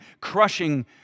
crushing